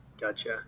gotcha